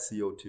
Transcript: CO2